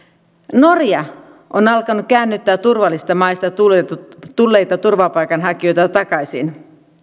norja on alkanut käännyttää turvallisista maista tulleita turvapaikanhakijoita takaisin